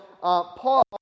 Paul